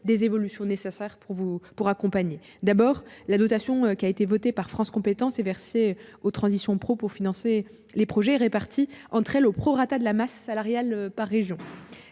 des évolutions nécessaires pour vous, pour accompagner d'abord la dotation qui a été votée par France compétences et versée aux transitions pro pour financer les projets répartis entre elles au prorata de la masse salariale par région